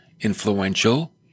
influential